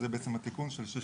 שזה התיקון של 6א,